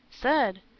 Said